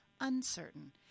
uncertain